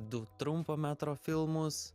du trumpo metro filmus